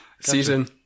Season